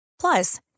Plus